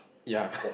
ya